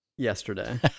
Yesterday